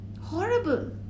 horrible